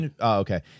okay